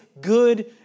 good